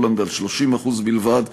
ובהולנד על 30% בלבד.